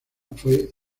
fue